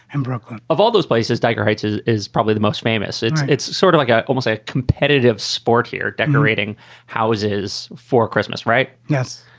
and brooklyn of all those places, tiger heights is is probably the most famous. it's it's sort of like ah almost a competitive sport here. decorating houses for christmas, right? yes.